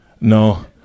No